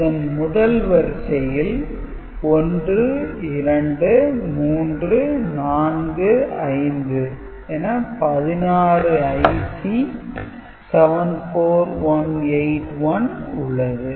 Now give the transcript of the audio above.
இதன் முதல் வரிசையில் 1 2 3 4 5 என 16 IC 74181 உள்ளது